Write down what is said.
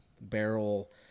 barrel